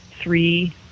three